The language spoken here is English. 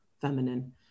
feminine